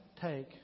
take